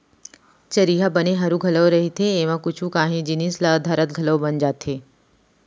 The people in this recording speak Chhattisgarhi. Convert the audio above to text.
चरिहा बने हरू घलौ रहिथे, एमा कुछु कांही जिनिस ल धरत घलौ बन जाथे